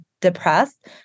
depressed